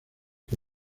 que